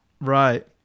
Right